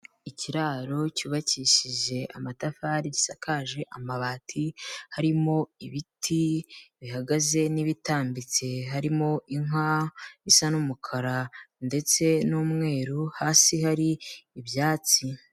Ikiraro cyubakishije amatafari gisakaje amabati, harimo ibiti bihagaze n'ibitambitse, harimo inka isa n'umukara ndetse n'umweru, hasi hari ibyatsi.